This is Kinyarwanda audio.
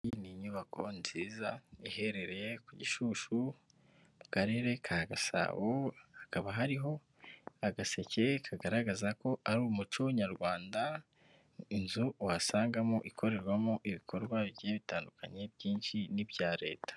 Ikindi ni nyubako nziza iherereye ku Gishushu mu karere ka gasabo hakaba hariho agaseke kagaragaza ko ari umuco nyarwanda inzu uhasangamo ikorerwamo ibikorwa bitandukanye byinshi n'ibya leta.